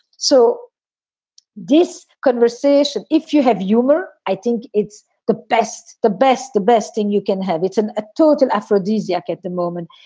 so this conversation, if you have uber, i think it's the best, the best, the best thing you can have it an a total aphrodisiac at the moment.